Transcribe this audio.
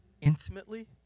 intimately